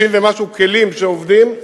60 ומשהו כלים שעובדים.